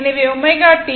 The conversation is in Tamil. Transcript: எனவே ω t